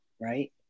right